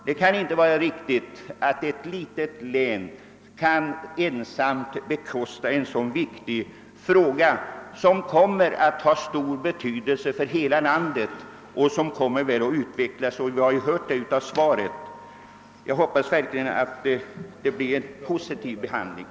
Det kan inte vara riktigt att ett litet län ensamt skall bekosta en så viktig undersökning, som kommer att få stor bety delse för hela landet och som troligen kommer att utvecklas — det har vi ju hört av socialministerns svar. Jag hoppas verkligen att denna fråga får en positiv behandling.